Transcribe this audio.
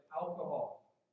alcohol